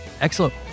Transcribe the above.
Excellent